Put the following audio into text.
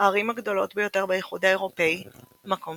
הערים הגדולות ביותר באיחוד האירופאי – מקום